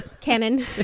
canon